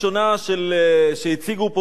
שהציגו פה מבל"ד,